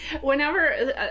whenever